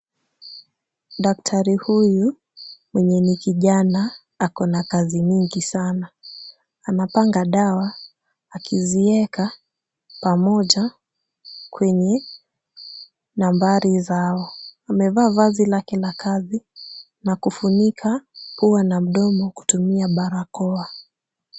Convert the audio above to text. Daktari huyu mwenye ni kijana ako na kazi nyingi sana. Anapanga dawa akizieka pamoja kwenye nambari zao. Amevaa vazi lake la kazi na kufunika pua na mdomo kutumia barakoa.